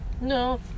No